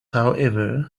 however